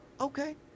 okay